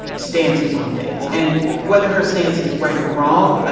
stances on things and whether her stance is right or wrong. ah